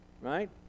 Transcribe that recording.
right